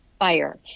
Fire